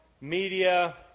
media